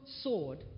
sword